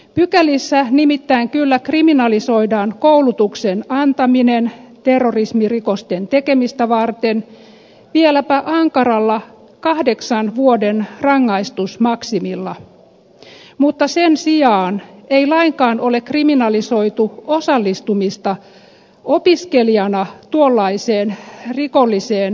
pykälissä nimittäin kyllä kriminalisoidaan koulutuksen antaminen terrorismirikosten tekemistä varten vieläpä ankaralla kahdeksan vuoden rangaistusmaksimilla mutta sen sijaan ei lainkaan ole kriminalisoitu osallistumista opiskelijana tuollaiseen rikolliseen koulutukseen